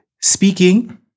Speaking